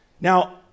Now